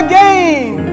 game